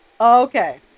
Okay